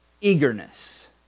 eagerness